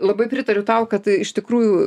labai pritariu tau kad iš tikrųjų